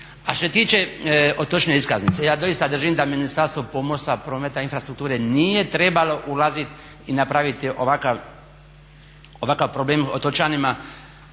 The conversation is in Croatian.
A što se tiče otočne iskaznice, ja doista držim da Ministarstvo pomorstva, prometa i infrastrukture nije trebalo ulaziti i napraviti ovakav problem otočanima